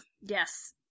Yes